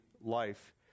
life